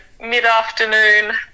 mid-afternoon